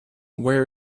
where